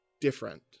different